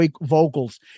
vocals